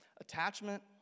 attachment